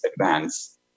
advance